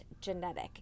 genetic